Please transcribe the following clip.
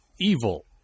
evil